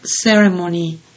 ceremony